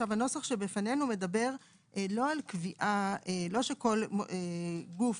הנוסח שבפנינו מדבר לא שכל גוף